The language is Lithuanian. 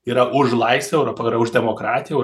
yra už laisvę europa yra už damokratiją